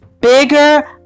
bigger